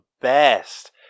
best